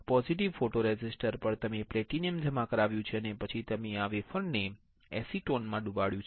positive photoresist પર તમે platinum જમા કરાવ્યું છે અને પછી તમે આ વેફર ને એસીટોનમાં ડૂબડ્યુ છે